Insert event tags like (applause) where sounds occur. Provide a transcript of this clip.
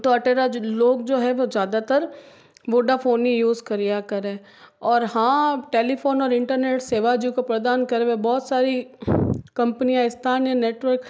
(unintelligible) लोग जो है वो ज़्यादातर वोडाफोन ही यूज़ कर्या करे और हाँ टेलीफोन और इंटरनेट सेवा जो के प्रदान करवे भोत सारी कंपनियाँ इस्ताने नेटवर्क